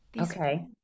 Okay